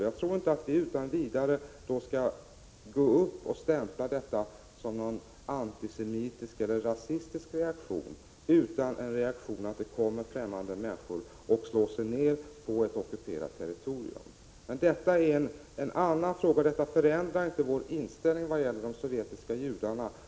Och jag tror inte att vi utan vidare skall stämpla detta som någon antisemitisk eller rasistisk reaktion. Det är i stället en reaktion mot att det kommer främmande människor och slår sig ned på ett ockuperat territorium. Detta är en annan fråga och förändrar inte vår inställning vad gäller de sovjetiska judarna.